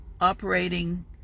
Operating